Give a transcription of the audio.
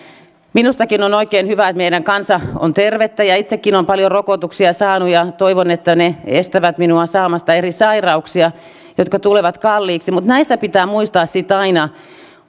minustakin on oikein hyvä että meidän kansa on tervettä ja itsekin olen paljon rokotuksia saanut ja toivon että ne estävät minua saamasta eri sairauksia jotka tulevat kalliiksi mutta näissä pitää muistaa sitten aina